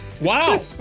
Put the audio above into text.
Wow